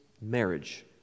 marriage